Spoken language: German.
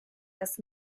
das